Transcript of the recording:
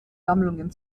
sammlungen